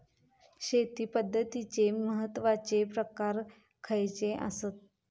शेती पद्धतीचे महत्वाचे प्रकार खयचे आसत?